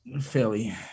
fairly